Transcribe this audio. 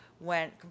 went